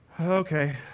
Okay